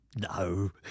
No